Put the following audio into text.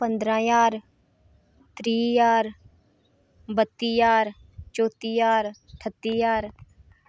पंदरां ज्हार त्रीह् ज्हार बत्ती ज्हार चौत्ती ज्हार ठत्ती ज्हार